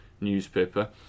newspaper